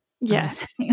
Yes